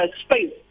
space